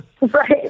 Right